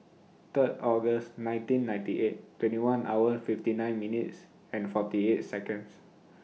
Third August nineteen ninety eight twenty hour fifty nine minutes and forty eight Seconds